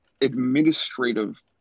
administrative